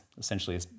essentially